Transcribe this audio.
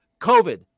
covid